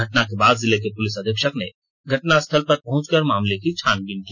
घटना के बाद जिले के पुलिस अधीक्षक ने घटनास्थल पर पहुंचकर मामले की छानबीन की